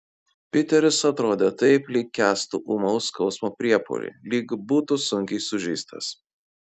piteris atrodė taip lyg kęstų ūmaus skausmo priepuolį lyg būtų sunkiai sužeistas